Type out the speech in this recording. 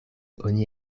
oni